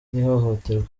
n’ihohoterwa